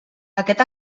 aquest